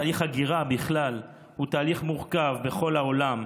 תהליך הגירה בכלל הוא תהליך מורכב בכל העולם.